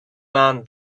man